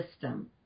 system